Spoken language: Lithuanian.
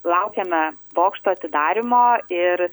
laukiame bokšto atidarymo ir